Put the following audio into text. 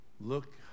look